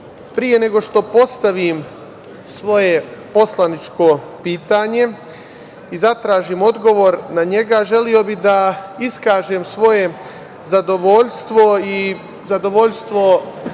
pre nego što postavim svoje poslaničko pitanje i zatražim odgovor na njega, želeo bih da iskažem svoje zadovoljstvo i zadovoljstvo